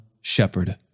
shepherd